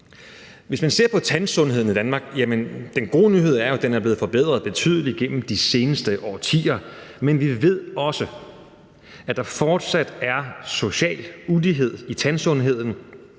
Hvis man ser på tandsundheden i Danmark, er den gode nyhed, at den er blevet forbedret betydeligt gennem de seneste årtier, men vi ved også, at der fortsat er social ulighed i tandsundheden.